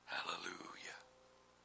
hallelujah